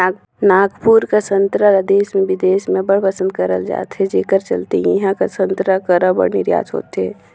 नागपुर कर संतरा ल देस में बिदेस में अब्बड़ पसंद करल जाथे जेकर चलते इहां कर संतरा कर अब्बड़ निरयात होथे